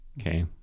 Okay